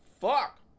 Fuck